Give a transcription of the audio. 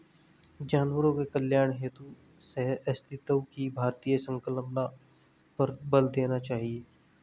जानवरों के कल्याण हेतु सहअस्तित्व की भारतीय संकल्पना पर बल देना चाहिए